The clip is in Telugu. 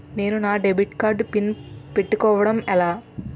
నేను నా డెబిట్ కార్డ్ పిన్ పెట్టుకోవడం ఎలా?